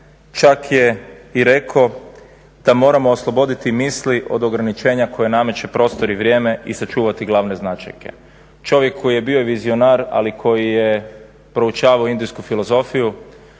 čak je i rekao da moramo osloboditi misli od ograničenja koja nameće prostor i vrijeme i sačuvati glavne značajke. Čovjek koji je bio vizionar, ali koji je proučavao Indijsku filozofiju,